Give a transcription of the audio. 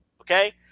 okay